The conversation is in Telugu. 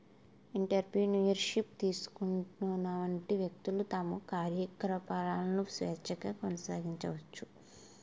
ఎంటర్ప్రెన్యూర్ షిప్ తీసుకున్నటువంటి వ్యక్తులు తమ కార్యకలాపాలను స్వేచ్ఛగా కొనసాగించుకోవచ్చు